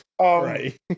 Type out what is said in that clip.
right